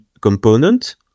component